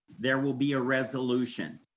there will be a resolution,